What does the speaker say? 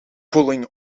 pulling